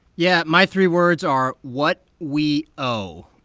yeah, my three words are what we owe.